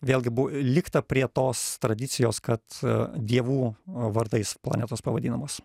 vėlgi buvo likta prie tos tradicijos kad dievų vardais planetos pavadinamos